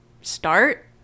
start